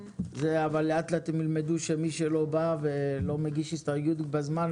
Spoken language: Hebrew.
אבל לאט לאט הם ילמדו שמי שלא בא ולא מגיש הסתייגות בזמן,